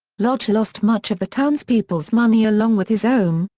lodge lost much of the townspeople's money along with his own,